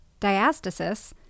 diastasis